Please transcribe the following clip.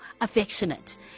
affectionate